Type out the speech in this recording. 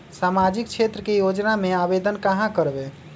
सामाजिक क्षेत्र के योजना में आवेदन कहाँ करवे?